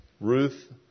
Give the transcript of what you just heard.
Ruth